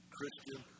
Christian